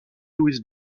louise